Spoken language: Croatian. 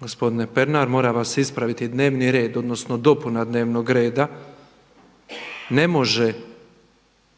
gospodine Pernar moram vas ispraviti dnevni red, odnosno dopuna dnevnog reda ne može